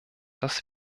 dass